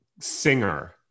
singer